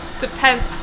Depends